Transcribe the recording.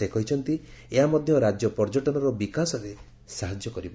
ସେ କହିଛନ୍ତି ଏହା ମଧ୍ୟ ରାଜ୍ୟ ପର୍ଯ୍ୟଟନର ବିକାଶରେ ସାହାଯ୍ୟ କରିବ